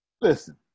Listen